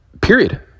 period